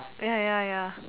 ya ya ya